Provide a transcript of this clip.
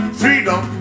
freedom